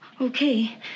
Okay